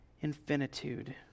infinitude